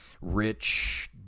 rich